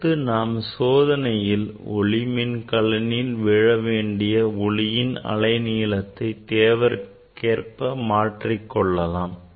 அடுத்து நாம் சோதனையில் ஒளி மின்கலனில் விழவேண்டிய ஒளியின் அலை நீளத்தை தேவைக்கேற்ப நாம் மாற்றி கொள்ளலாம்